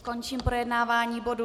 Končím projednávání bodu 131.